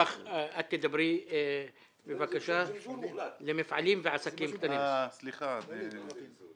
חבר הכנסת